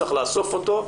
צריך לאסוף אותו,